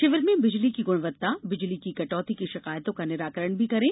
शिविर में बिजली की गुणवत्ता बिजली कटौती की शिकायतों का निराकरण भी करें